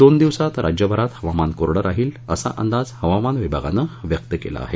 दोन दिवसात राज्यभरात हवामान कोरडं राहील असा अंदाज हवामान विभागानं व्यक्त केला आहे